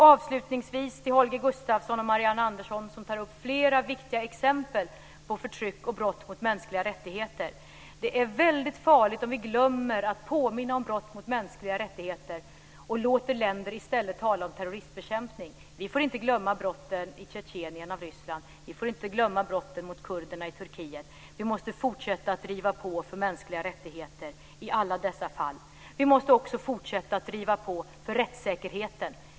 Avslutningsvis vill jag till Holger Gustafsson och Marianne Andersson, som tar upp flera viktiga exempel på förtryck och brott mot mänskliga rättigheter, säga att det är väldigt farligt om vi glömmer att påminna om brott mot mänskliga rättigheter och låter länder i stället tala om terroristbekämpning. Vi får inte glömma brotten i Tjetjenien av Ryssland. Vi får inte glömma brotten mot kurderna i Turkiet. Vi måste fortsätta att driva på för mänskliga rättigheter i alla dessa fall. Vi måste också fortsätta att driva på för rättssäkerheten.